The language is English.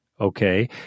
okay